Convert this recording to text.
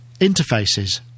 interfaces